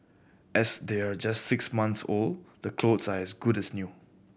as they're just six months old the clothes are as good as new